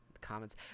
comments